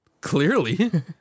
Clearly